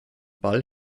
ball